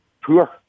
poor